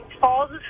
falls